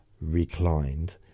reclined